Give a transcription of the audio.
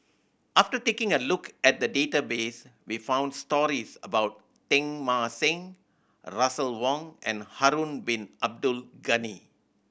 after taking a look at the database we found stories about Teng Mah Seng Russel Wong and Harun Bin Abdul Ghani